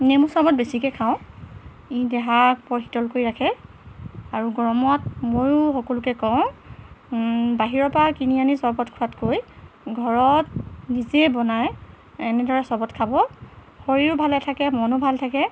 নেমু চৰ্বত বেছিকৈ খাওঁ ই দেহাক বৰ শীতল কৰি ৰাখে আৰু গৰমত ময়ো সকলোকে কওঁ বাহিৰৰপৰা কিনি আনি চৰ্বত খোৱাতকৈ ঘৰত নিজে বনাই এনেদৰে চৰ্বত খাব শৰীৰো ভালে থাকে মনো ভাল থাকে